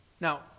Now